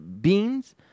beans